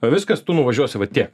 viskas tu nuvažiuosi va tiek